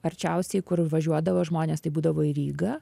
arčiausiai kur važiuodavo žmonės tai būdavo į rygą